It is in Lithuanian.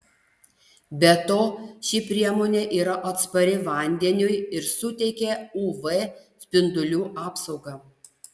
be to ši priemonė yra atspari vandeniui ir suteikia uv spindulių apsaugą